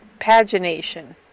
pagination